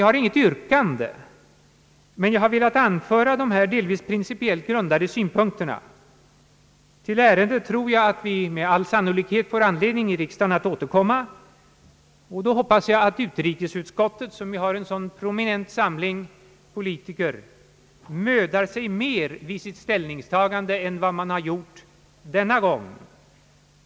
Jag har inget yrkande, men jag har velat anföra dessa delvis principiellt grundade synpunkter. Jag tror att vi får anledning att återkomma till ärendet, och jag hoppas att utrikesutskottet som ju inrymmer en så prominent samling politiker då skall möda sig mer om sitt ställningstagande än vad man gjort denna gång.